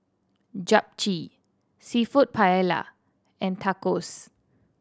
Japchae Seafood Paella and Tacos